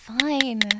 fine